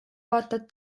vaatad